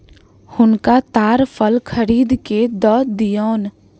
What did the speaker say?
हुनका ताड़ फल खरीद के दअ दियौन